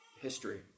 history